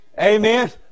Amen